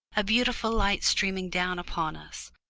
a beautiful light streaming down upon us,